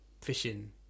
fishing